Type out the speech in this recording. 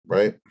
Right